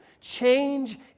Change